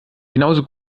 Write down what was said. genauso